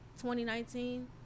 2019